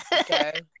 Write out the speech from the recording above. Okay